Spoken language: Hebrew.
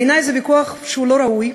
בעיני זה ויכוח לא ראוי,